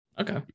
Okay